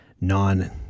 non-